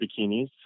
bikinis